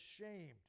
ashamed